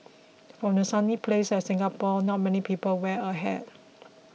for a sunny place like Singapore not many people wear a hat